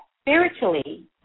spiritually